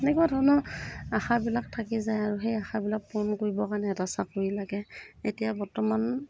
তেনেকুৱা ধৰণৰ আশাবিলাক থাকি যায় আৰু সেই আশাবিলাক পূৰণ কৰিবৰ কাৰণে এটা চাকৰি লাগে এতিয়া বৰ্তমান